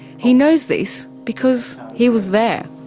he knows this, because he was there.